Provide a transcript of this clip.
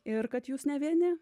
ir kad jūs ne vieni